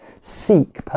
seek